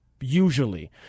usually